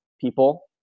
people